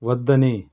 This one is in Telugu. వద్దని